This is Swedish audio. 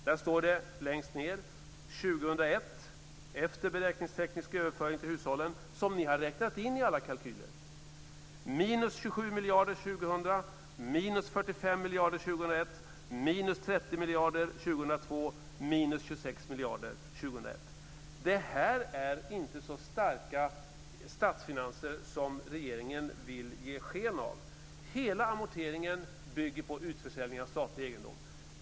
Där står det längst ned, vid "Statsbudgetens saldo efter beräkningsteknisk överföring till hushållen" som ni räknat in i alla kalkyler: Det här är inte så starka statsfinanser som regeringen vill ge sken av. Hela amorteringen bygger på utförsäljning av statlig egendom.